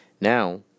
Now